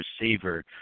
receiver